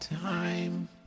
time